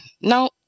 no